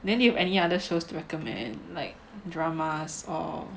then you have any other shows to recommend like dramas or